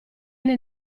nel